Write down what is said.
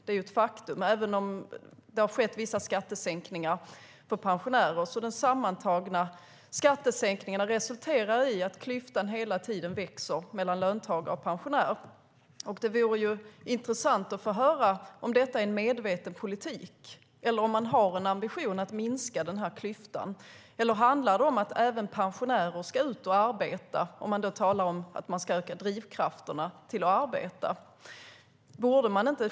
Det är ett faktum, även om det har skett vissa skattesänkningar för pensionärer. De sammantagna skattesänkningarna resulterar i att klyftan hela tiden växer mellan löntagare och pensionärer. Det vore intressant att få höra om detta är en medveten politik eller om man har en ambition att minska den här klyftan. Eller handlar det om att även pensionärer ska ut och arbeta, när man nu talar om att öka drivkrafterna till arbete?